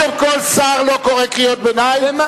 שר לא קורא קריאות ביניים,